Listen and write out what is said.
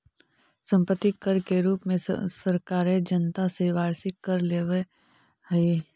सम्पत्ति कर के रूप में सरकारें जनता से वार्षिक कर लेवेऽ हई